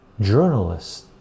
journalists